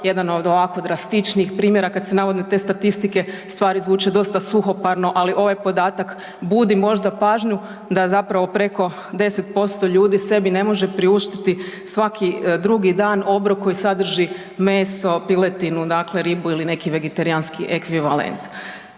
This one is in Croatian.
jedan od ovako drastičnijih primjera kad su navodno te statistike, stvari zvuče dosta suhoparno ali ovaj podatak budi možda pažnju da zapravo preko 10% ljudi sebi ne može priuštiti svaki drugi dan obrok koji sadrži meso, piletinu, dakle ribu ili neki vegetarijanski ekvivalent.